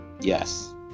Yes